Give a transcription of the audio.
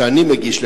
שאני מגיש,